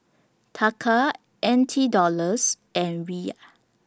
Taka N T Dollars and Riyal